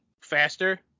faster